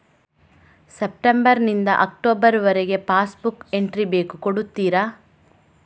September ನಿಂದ October ವರಗೆ pass book entry ಬೇಕು ಕೊಡುತ್ತೀರಾ?